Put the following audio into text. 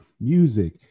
music